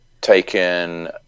taken